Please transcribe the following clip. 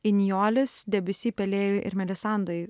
inijolis debussy pelėjuj ir melisandoj